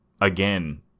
again